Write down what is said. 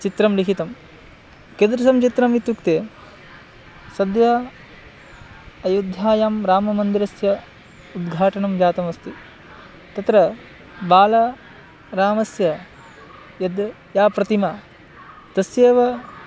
चित्रं लिखितं कीदृशं चित्रम् इत्युक्ते सद्यः अयोध्यायां राममन्दिरस्य उद्घाटनं जातमस्ति तत्र बालरामस्य यद् या प्रतिमा तस्यैव